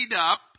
up